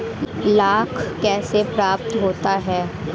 लाख कैसे प्राप्त होता है?